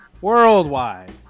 Worldwide